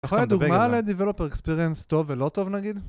יכול להיות דוגמא לדיבלופר אקספיריינס טוב ולא טוב נגיד?